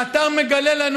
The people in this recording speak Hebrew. האתר מגלה לנו,